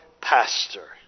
pastor